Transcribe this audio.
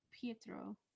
Pietro